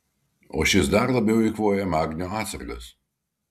o šis dar labiau eikvoja magnio atsargas